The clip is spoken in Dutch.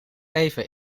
even